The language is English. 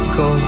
go